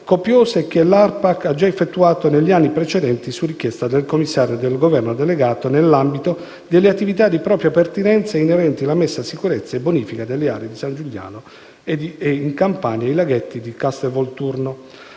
copiose che ARPAC ha già effettuato negli anni precedenti su richiesta del Commissario di Governo delegato nell'ambito delle attività di propria pertinenza, inerenti la messa in sicurezza e bonifica delle aree di Giugliano in Campania e dei laghetti di Castelvolturno.